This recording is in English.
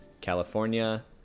California